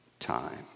time